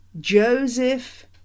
Joseph